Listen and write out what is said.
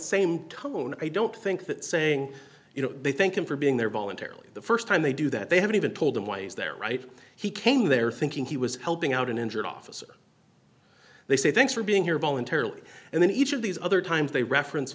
same tone i don't think that saying you know they think i'm for being there voluntarily the st time they do that they haven't even told him why he's there right he came there thinking he was helping out an injured officer they say thanks for being here voluntarily and then each of these other times they reference